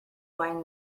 wine